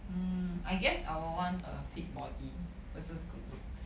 um I guess I would want a fit body versus good looks